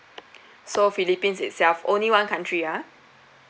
so philippines itself only one country ah